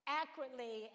accurately